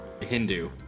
Hindu